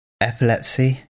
epilepsy